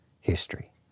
history